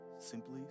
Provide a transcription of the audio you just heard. simply